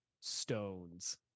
stones